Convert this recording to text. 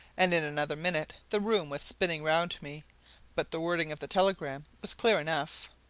and in another minute the room was spinning round me but the wording of the telegram was clear enough